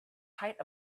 height